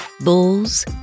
bulls